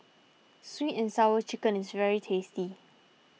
Sweet and Sour Chicken is very tasty